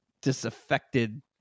disaffected